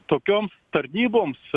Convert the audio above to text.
tokioms tarnyboms